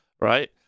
right